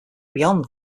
beyond